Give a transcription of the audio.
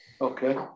Okay